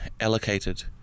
allocated